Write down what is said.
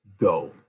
go